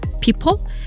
people